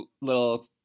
little